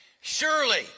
Surely